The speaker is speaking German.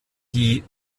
die